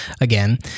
again